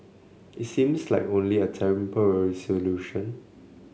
it seems like only a temporary solution